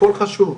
הכול חשוב.